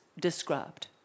described